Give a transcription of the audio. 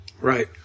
Right